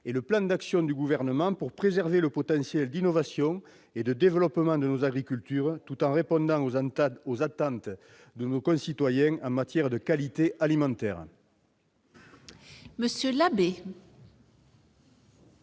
et le plan d'action du Gouvernement pour préserver le potentiel d'innovation et de développement de nos agricultures, tout en répondant aux attentes de nos concitoyens en matière de qualité alimentaire.